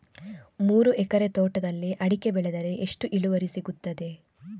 ಮೂರು ಎಕರೆ ತೋಟದಲ್ಲಿ ಅಡಿಕೆ ಬೆಳೆದರೆ ಎಷ್ಟು ಇಳುವರಿ ಸಿಗುತ್ತದೆ?